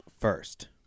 first